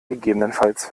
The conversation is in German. gegebenenfalls